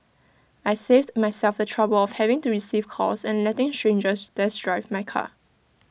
I saved myself the trouble of having to receive calls and letting strangers test drive my car